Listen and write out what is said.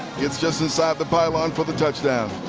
just inside the pylon for the touchdown.